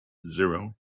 zero